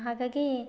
ಹಾಗಾಗಿ